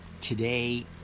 today